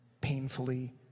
painfully